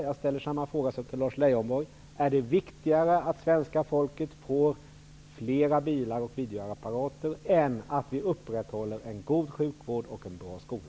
Jag ställer samma fråga som ställdes till Lars Leijonborg: Är det viktigare att svenska folket får fler bilar och videoapparater än att upprätthålla en god sjukvård och en bra skola?